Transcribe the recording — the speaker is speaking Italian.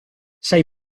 sei